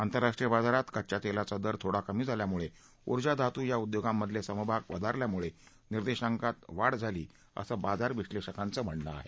आंतरराष्ट्रीय बाजारात कच्च्या तेलाचा दर थोडा कमी झाल्यामुळे ऊर्जा धातू या उद्योगां मधले समभाग वधारल्यामुळे निर्देशांकात वाढ झाली असं बाजार विश्लेषकांचं मत आहे